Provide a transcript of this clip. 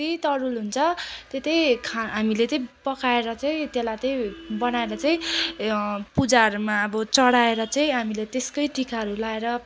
त्यही तरुल हुन्छ त त्यही हामीले त्यही पकाएर चाहिँ त्यसलाई त्यही बनाएर चाहिँ ए पूजाहरूमा अब चढाएर चाहिँ हामीले त्यसकै टिकाहरू लगाएर